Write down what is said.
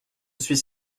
suis